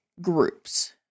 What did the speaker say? groups